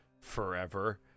forever